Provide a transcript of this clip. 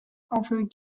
over